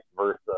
versa